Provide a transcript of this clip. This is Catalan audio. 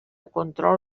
control